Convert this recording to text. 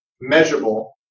measurable